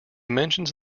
mentions